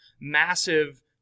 massive